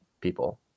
people